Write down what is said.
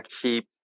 keep